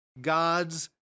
God's